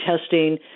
testing